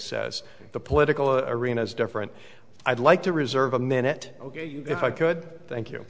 says the political arena is different i'd like to reserve a minute ok if i could thank you